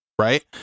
Right